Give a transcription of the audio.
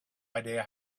idea